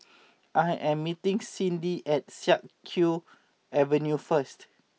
I am meeting Cyndi at Siak Kew Avenue first